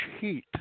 heat